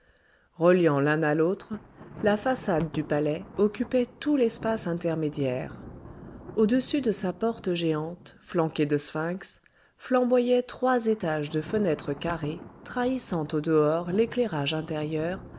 reliant l'un à l'autre la façade du palais occupait tout l'espace intermédiaire au-dessus de sa porte géante flanquée de sphinx flamboyaient trois étages de fenêtres carrées trahissant au-dehors l'éclairage intérieur